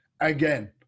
again